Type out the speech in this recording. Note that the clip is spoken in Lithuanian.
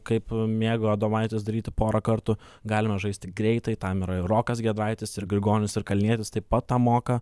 kaip mėgo adomaitis daryti porą kartų galime žaisti greitai tam yra ir rokas giedraitis ir grigonis ir kalnietis taip pat tą moka